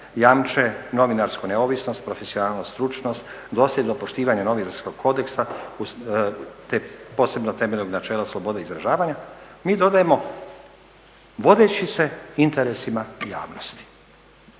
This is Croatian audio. jamče novinarsku neovisnost, profesionalnu stručnost, dosljedno poštivanje novinskog kodeksa te posebnog temelja načela slobode i izražavanja, mi dodajemo vodeći se interesima javnosti.